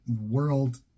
world